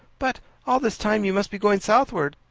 but all this time you must be going southwards.